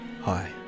Hi